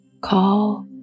Call